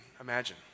imagine